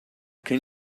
can